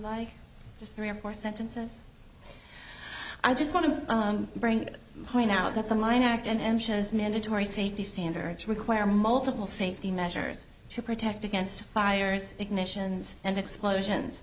like just three or four sentences i just want to bring point out that the mine act and mandatory safety standards require multiple safety measures to protect against fires ignitions and explosions